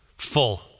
full